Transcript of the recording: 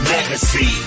Legacy